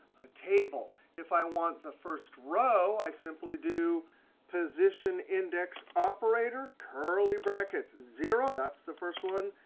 a table. if i want the first row, i simply do position index operator, curly brackets, zero. that's the first one.